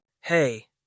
Hey